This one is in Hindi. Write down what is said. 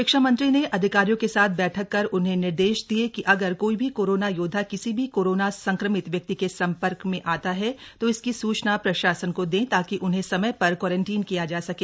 शिक्षा मंत्री ने अधिकारियों के साथ बैठक कर उन्हें निर्देश दिये कि अगर कोई भी कोरोना योद्वा किसी भी कोरोना संक्रमित व्यक्ति के संपर्क में आता है तो इसकी सूचना प्रशासन को दें ताकि उन्हें समय पर क्वारंटीन किया जा सके